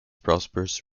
prosperous